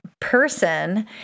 person